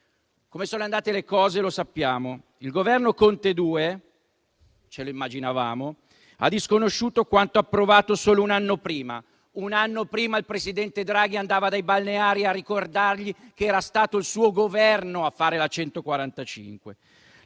Come sono andate le cose lo sappiamo: il Governo Conte 2 - ce lo immaginavamo - ha disconosciuto quanto aveva approvato solo un anno prima; un anno prima il presidente Draghi andava dai balneari a ricordargli che era stato il suo Governo a fare la